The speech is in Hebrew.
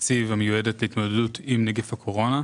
התקציב המיועדת להתמודדות עם נגיף הקורונה,